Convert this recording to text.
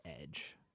edge